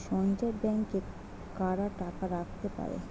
সঞ্চয় ব্যাংকে কারা টাকা রাখতে পারে?